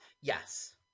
Yes